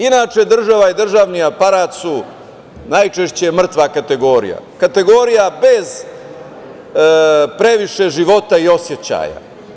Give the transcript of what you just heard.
Inače, država i državni aparat su najčešće mrtva kategorija, kategorija bez previše života i osećaja.